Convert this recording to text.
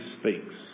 speaks